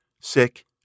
sick